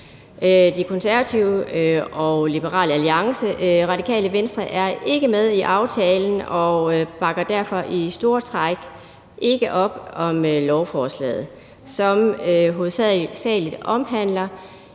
De Konservative og Liberal Alliance. Radikale Venstre er ikke med i aftalen og bakker derfor i store træk ikke op om lovforslaget, som hovedsagelig omhandler